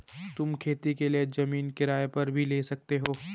तुम खेती के लिए जमीन किराए पर भी ले सकते हो